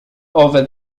over